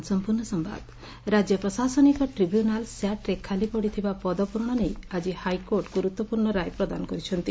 ହାଇକୋର୍ଟଙ୍କ ରାୟ ରାଜ୍ୟ ପ୍ରଶାସନିକ ଟ୍ରିବ୍ୟୁନାଲ ସ୍ୟାଟ୍ରେ ଖାଲି ପଡ଼ିଥିବା ପଦ ପୂରଣ ନେଇ ଆଜି ହାଇକୋର୍ଟ ଗୁରୁତ୍ୱପୂର୍ଶ୍ଣ ରାୟ ପ୍ରଦାନ କରିଛନ୍ତି